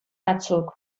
batzuk